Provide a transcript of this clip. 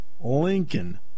lincoln